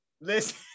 Listen